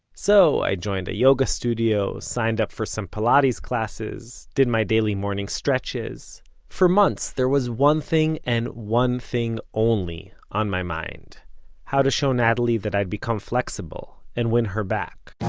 so i joined a yoga studio, signed up for some pilates classes, did my daily morning stretches for months, there was one thing, and one thing only, on my mind how to show natalie that i'd become flexible, and win her back